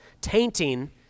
tainting